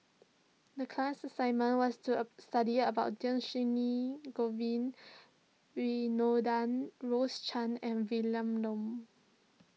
the class assignment was to a study about Dhershini Govin Winodan Rose Chan and Vilma Laus